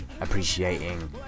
Appreciating